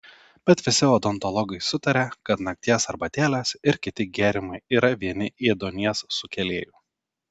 bet visi odontologai sutaria kad nakties arbatėlės ir kiti gėrimai yra vieni ėduonies sukėlėjų